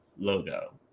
logo